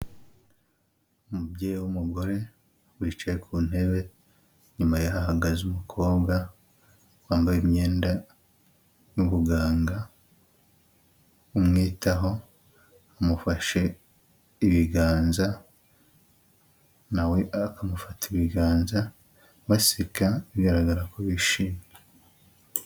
Umubyeyi w'umugore wicaye ku ntebe, inyuma ye hahagaze umukobwa wambaye imyenda y'ubuganga umwitaho, amufashe ibiganza na we akamufata ibiganza, baseka bigaragara ko bishimye.